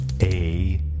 A-